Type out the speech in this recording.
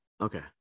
okay